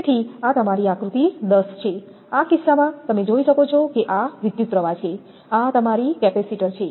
તેથી આ તમારી આકૃતિ 10 છે આ કિસ્સામાં તમે જોઈ શકો છો કે આ વિદ્યુતપ્રવાહ છે આ તમારી કેપેસીટર છે